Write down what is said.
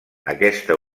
aquesta